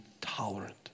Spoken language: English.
tolerant